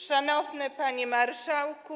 Szanowny Panie Marszałku!